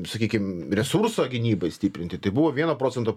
sakykim resursą gynybai stiprinti tai buvo vieno procento p